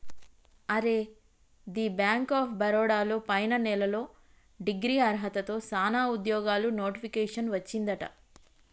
అరే the bank of Baroda లో పైన నెలలో డిగ్రీ అర్హతతో సానా ఉద్యోగాలు నోటిఫికేషన్ వచ్చిందట